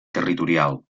territorial